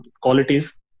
qualities